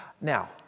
Now